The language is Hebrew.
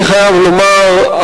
אני חייב לומר,